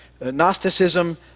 Gnosticism